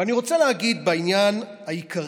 ואני רוצה לומר בעניין העיקרי,